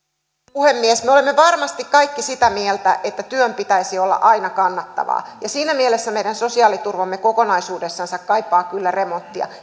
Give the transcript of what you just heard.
puhemies me olemme varmasti kaikki sitä mieltä että työn pitäisi olla aina kannattavaa ja siinä mielessä meidän sosiaaliturvamme kokonaisuudessansa kaipaa kyllä remonttia